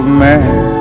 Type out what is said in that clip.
man